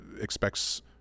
expects